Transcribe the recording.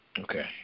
Okay